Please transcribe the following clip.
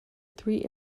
three